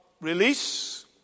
release